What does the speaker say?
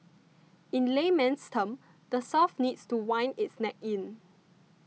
in layman's terms the South needs to wind its neck in